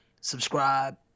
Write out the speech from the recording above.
subscribe